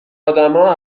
ادمها